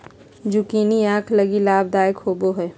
zucchini आंख लगी लाभदायक होबो हइ